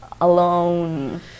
alone